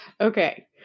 okay